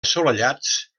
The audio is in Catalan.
assolellats